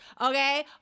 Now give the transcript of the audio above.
okay